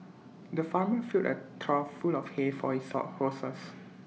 the farmer filled A trough full of hay for his horses